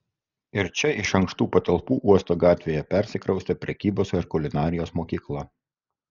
ir čia iš ankštų patalpų uosto gatvėje persikraustė prekybos ir kulinarijos mokykla